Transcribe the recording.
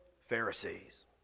Pharisees